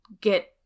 get